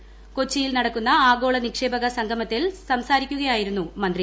് കൊച്ചിയിൽ നടക്കുന്ന ആഗോള നിക്ഷേപക സംഗമത്തിൽ സംസാരിക്കുകയായിരുന്നു മന്ത്രി